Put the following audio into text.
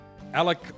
Alec